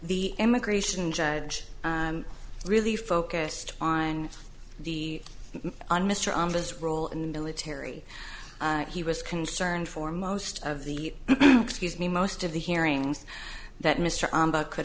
the immigration judge really focused on the on mr imus role in the military he was concerned for most of the excuse me most of the hearings that mr could